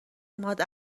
اومد